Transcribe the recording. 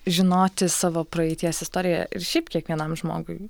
žinoti savo praeities istoriją ir šiaip kiekvienam žmogui